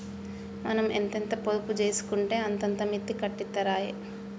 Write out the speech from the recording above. మనం ఎంతెంత పొదుపు జేసుకుంటే అంతంత మిత్తి కట్టిత్తరాయె